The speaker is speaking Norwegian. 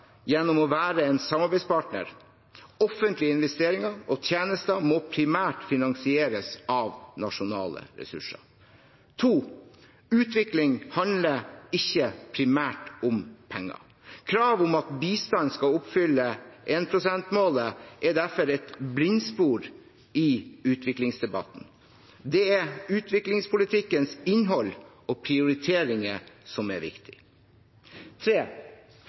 gjennom å være en samarbeidspartner. Offentlige investeringer og tjenester må primært finansieres av nasjonale ressurser. Utvikling handler ikke primært om penger. Kravet om at bistanden skal oppfylle 1 pst.-målet er derfor et blindspor i utviklingsdebatten. Det er utviklingspolitikkens innhold og prioriteringer som er viktig.